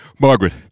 Margaret